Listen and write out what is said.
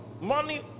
money